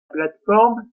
plateforme